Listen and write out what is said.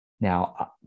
now